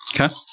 Okay